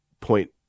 point